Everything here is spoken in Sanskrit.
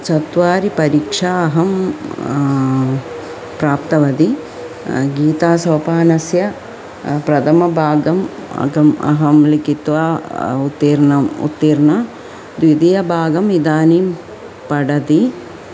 चत्वारि परीक्षाः अहं प्राप्तवती गीतासोपानस्य प्रथमभागम् अहम् अहं लिखित्वा उत्तीर्णम् उत्तीर्य द्वितीयभागम् इदानीं पठति